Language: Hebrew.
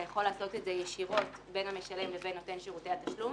אתה יכול לעשות את זה ישירות בין המשלם לבין נותן שירותי התשלום